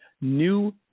new